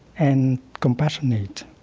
and compassionate.